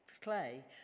clay